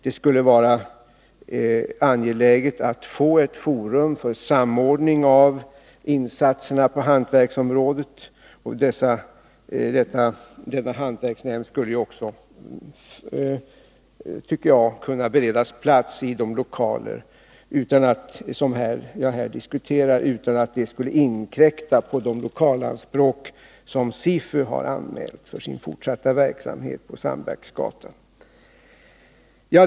Det skulle vara angeläget att få ett forum för samordning av insatserna på hantverkets område. Denna hantverksnämnd skulle också, tycker jag, kunna beredas plats i de lokaler som jag här diskuterar utan att det skulle inkräkta på de lokalanspråk som SIFU har anmält för sin fortsatta verksamhet på Sandbacksgatan.